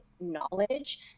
knowledge